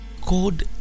called